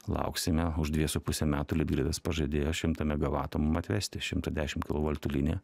lauksime už dvie su puse metų litgridas pažadėjo šimtą megavatų mum atvesti šimtą dešim kilovoltų liniją